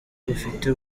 bafite